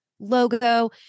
logo